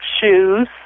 shoes